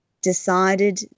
decided